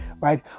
right